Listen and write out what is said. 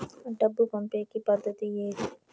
డబ్బు పంపేకి పద్దతి ఏది